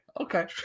Okay